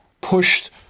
pushed